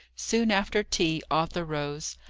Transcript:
soon after tea, arthur rose.